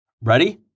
Ready